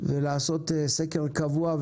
ולעשות סקר קבוע.